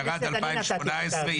ירד ב-2018,